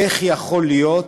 איך יכול להיות